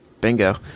Bingo